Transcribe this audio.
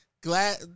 Glad